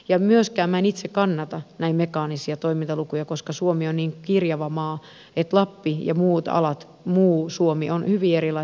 myöskään minä en itse kannata näin mekaanisia toimintalukuja koska suomi on niin kirjava maa että lappi ja muu suomi ovat hyvin erilaisessa asemassa